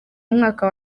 umwaka